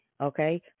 Okay